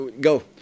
Go